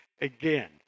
again